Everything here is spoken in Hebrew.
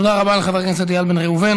תודה רבה לחבר הכנסת איל בן ראובן.